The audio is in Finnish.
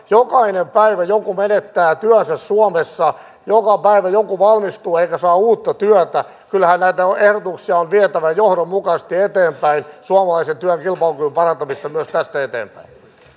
jokainen päivä joku menettää työnsä suomessa joka päivä joku valmistuu eikä saa uutta työtä kyllähän näitä ehdotuksia on vietävä johdonmukaisesti eteenpäin suomalaisen työn kilpailukyvyn parantamiseksi myös tästä eteenpäin